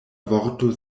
vorto